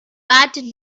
bad